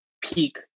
peak